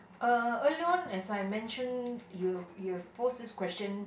uh earlier on as I mentioned you've you have posed this question